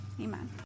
amen